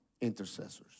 intercessors